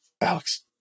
Alex